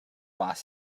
boss